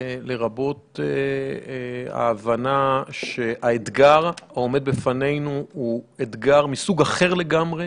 לרבות ההבנה שהאתגר העומד בפנינו הוא אתגר מסוג אחר לגמרי